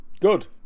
Good